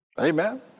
Amen